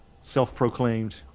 Self-proclaimed